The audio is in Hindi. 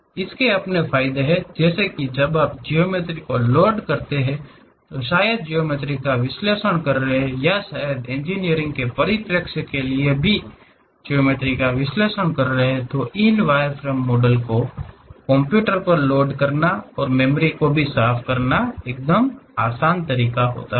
इसके अपने फायदे हैं जैसे कि जब आप ज्यामिति को लोड कर रहे हैं या शायद ज्यामिति का विश्लेषण कर रहे हैं या शायद इंजीनियरिंग के परिप्रेक्ष्य के लिए भी ज्यामिति का विश्लेषण कर रहे हैं तो इन वायरफ्रेम मॉडल को कंप्यूटर पर लोड करना और मेमोरी को भी साफ़ करना आसान है